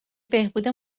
بهبود